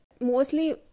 mostly